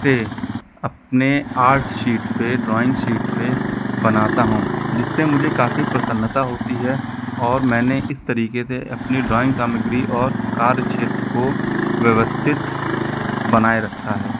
से अपने art sheet पे ड्राइंग शीट पे बनाता हूँ जिससे मुझे काफ़ी प्रसन्नता होती है और मैंने इस तरीके से अपनी ड्राइंग सामग्री और कार्यक्षेत्र को व्यवस्थित बनाए रखा है